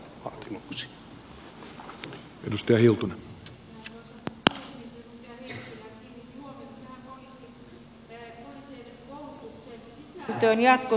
edustaja heikkilä kiinnitti huomiota tähän poliisien koulutuksen sisältöön jatkossa